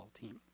team